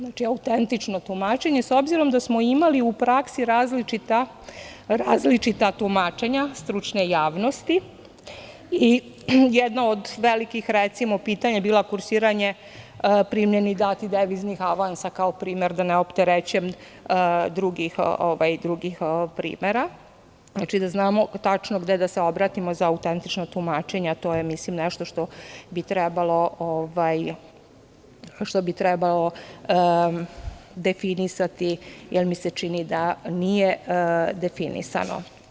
Znači, autentično tumačenje, s obzirom da smo imali u praksi različita tumačenja stručne javnosti i jedno od velikih pitanja bilo je kursiranje primljenih i datih deviznih avansa, kao primer, da ne opterećujem drugim primerima, da znamo tačno gde da se obratimo za autentična tumačenja, a to je nešto što bi trebalo definisati, jer mi se čini da nije definisano.